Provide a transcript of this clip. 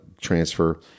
transfer